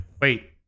wait